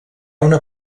una